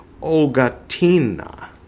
ogatina